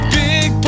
big